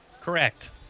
Correct